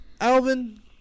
Alvin